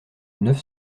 neuf